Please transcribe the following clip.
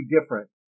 different